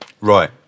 right